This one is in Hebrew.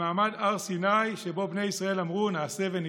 למעמד הר סיני, שבו בני ישראל אמרו: "נעשה ונשמע".